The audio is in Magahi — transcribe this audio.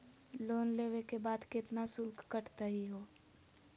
लोन लेवे के बाद केतना शुल्क कटतही हो?